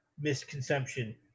misconception